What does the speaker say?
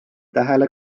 tähele